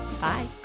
Bye